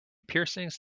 piercings